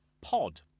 Pod